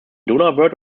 donauwörth